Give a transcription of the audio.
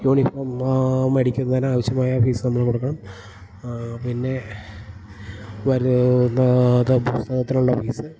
uniform മേടിക്കുന്നതിനാവശ്യമായ fees നമ്മൾ കൊടുക്കണം പിന്നെ വരുന്നത് പുസ്തകത്തിനുള്ള ഫീസ്